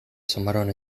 asomaron